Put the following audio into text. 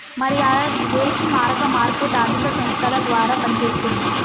మరి ఆ విదేశీ మారక మార్కెట్ ఆర్థిక సంస్థల ద్వారా పనిచేస్తుంది